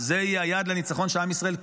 יש לנו חיילים גיבורים.